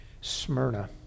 Smyrna